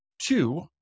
Two